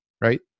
right